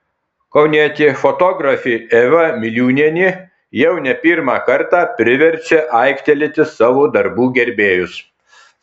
kaunietė fotografė eva miliūnienė jau ne pirmą kartą priverčia aiktelėti savo darbų gerbėjus